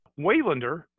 Waylander